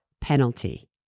penalty